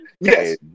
Yes